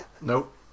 Nope